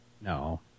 no